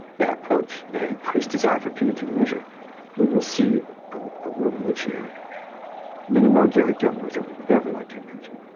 that approach that increased desire for punitive measure we will see um a world in which there are many more gary gilmours than we would ever like to imagine